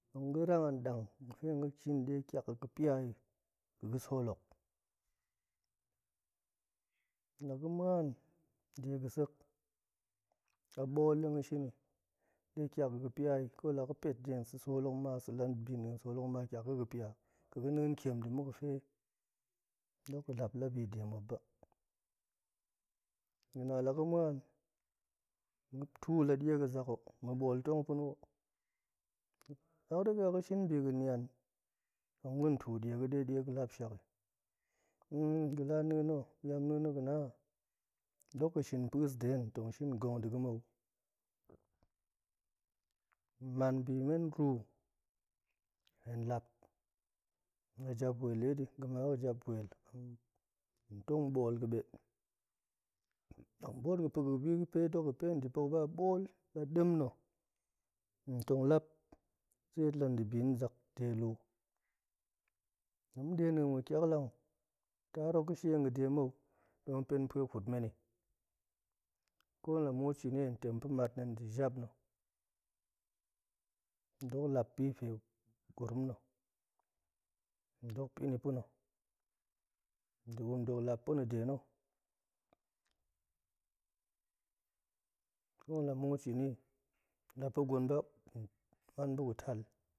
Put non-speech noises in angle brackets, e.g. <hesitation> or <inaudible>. Tong ga̱ rang an ɗang ga̱fe nga̱ shin ɗe ƙiak ga̱ ga̱ pia i ga̱ ga̱ sool hok, laga̱ ma̱an de ga̱ sek, a ɓool ɗe ma̱ shin i ɗe ƙiak ga̱ pia i ko la ga̱ pet de nsa̱ sool hok ma-sa̱ la ndibi nḏin sool hok ma, ƙiak ga̱ ga̱ pia, ga̱ ga̱ neen ƙiem nda̱ muga̱ ga̱fe dok ga̱ lap la bi de muop ba. ga̱na laga̱ ma̱an, ga̱ tuu la ɗie ga̱ zak hok, ma̱ ɓool tong pa̱na̱ o, laga̱ dinga ga̱ shin biga̱ nian, tong ga̱n tuu ɗie ga̱ ɗe ɗie ga̱ lap shak i, <hesitation> ga̱la neen no, yamneen no ga̱na dok ga̱ shin pa̱a̱s nda̱ hen, tong shin gong nda̱ ga̱ mou, man bi men ruu, hen lap, la jap wel ɗe di, ga̱na a jap wel, hen tong ɓool ga̱ ɓe, tong ɓoot ga̱ pa̱ga̱ ga̱pe dok ga̱ peen da̱puo ba a ɓool, la ɗem na̱ hen tong lap seet landibi ni zak de luu, lama̱n ɗe nɗiin ma̱ ga̱ ƙiaklang, taar hok ga̱ shie nga̱de mou, ɗe ma̱ pen pa̱e kut men i, ko la muut shini hen tem pa̱ mat na̱ nda̱ jap na̱, dok lap bi fe gurum nna̱, na̱ dok pa̱ni pa̱na̱, nda̱ gurum dok lap pa̱na̱ de na̱, ƙo la muut shini, la pa̱ gwen ba, man bu gu tal.